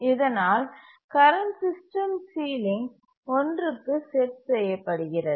இதனால் current system ceiling 1க்கு set செய்யப்படுகிறது